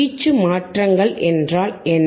வீச்சு மாற்றங்கள் என்றால் என்ன